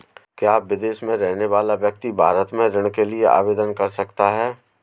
क्या विदेश में रहने वाला व्यक्ति भारत में ऋण के लिए आवेदन कर सकता है?